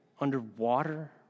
underwater